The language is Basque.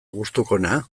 gustukoena